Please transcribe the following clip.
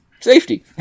Safety